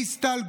דיסטל,